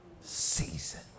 season